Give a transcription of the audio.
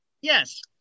Yes